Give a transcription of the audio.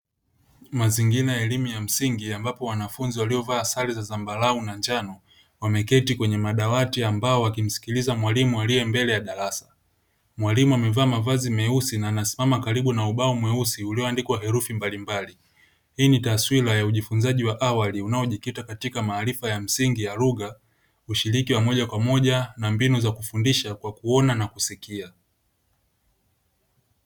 Mazingira ya elimu ya msingi ambapo wanafunzi waliovaa sare za zambarau na njano, wameketi kwenye madawati ya mbao wakimsikiliza mwalimu aliye mbele ya darasa. Mwalimu amevaa mavazi meusi na anasimama karibu na ubao mweusi ulioandikwa herufi mbalimbali. Hii ni taswira ya ujifunzaji wa awali unaojikita katika maarifa ya msingi ya lugha, ushiriki wa moja kwa moja, na mbinu za kufundisha kwa kuona na kusikia.